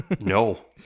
No